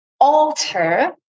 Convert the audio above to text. alter